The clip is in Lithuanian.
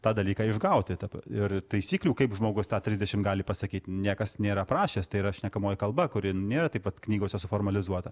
tą dalyką išgauti tad ir taisyklių kaip žmogus tą trisdešimt gali pasakyt niekas nėra parašęs tai yra šnekamoji kalba kuri nėra taip vat knygose suformalizuota